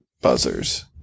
buzzers